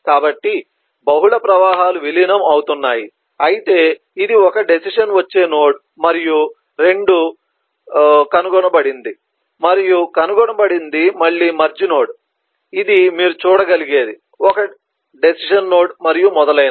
కాబట్టి బహుళ ప్రవాహాలు విలీనం అవుతున్నాయి అయితే ఇది ఒక డెసిషన్ వచ్చే నోడ్ మరియు 2 నడుము కనుగొనబడింది మరియు కనుగొనబడనిది మళ్ళీ మెర్జ్ నోడ్ ఇది మీరు చూడగలిగేది ఒక డెసిషన్ నోడ్ మరియు మొదలైనవి